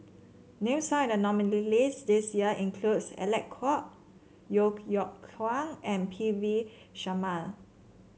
names found in the nominees' list this year includes Alec Kuok Yeo Yeow Kwang and P V Sharma